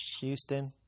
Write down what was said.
Houston